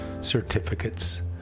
certificates